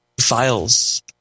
files